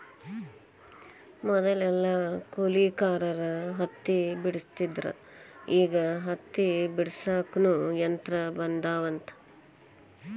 ಮದಲೆಲ್ಲಾ ಕೂಲಿಕಾರರ ಹತ್ತಿ ಬೆಡಸ್ತಿದ್ರ ಈಗ ಹತ್ತಿ ಬಿಡಸಾಕುನು ಯಂತ್ರ ಬಂದಾವಂತ